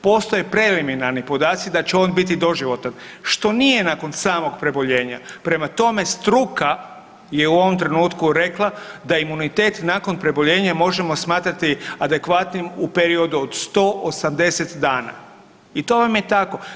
Postoje preliminarni podaci da će on biti doživotan, što nije nakon samog preboljenja, prema tome struka je u ovom trenutku rekla da imunitet nakon preboljenja možemo smatrati adekvatnim u periodu od 180 dana i to vam je tako.